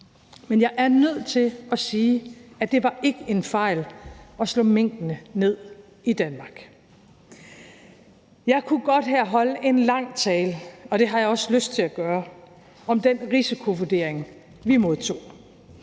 Men jeg er nødt til at sige, at det ikke var en fejl at slå minkene ned i Danmark. Jeg kunne godt holde en lang tale her – og det har jeg også lyst til at gøre – om den risikovurdering, vi modtog,